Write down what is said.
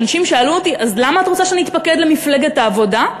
כשאנשים שאלו אותי: אז למה את רוצה שנתפקד למפלגת העבודה?